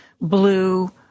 blue